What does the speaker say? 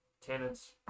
tenants